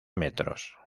metros